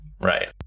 Right